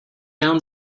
down